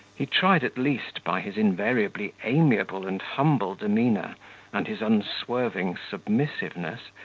he tried at least, by his invariably amiable and humble demeanour and his unswerving submissiveness,